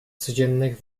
codziennych